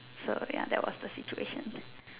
so ya that was the situation